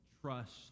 trust